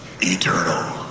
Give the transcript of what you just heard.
eternal